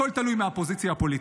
הכול תלוי בפוזיציה הפוליטית.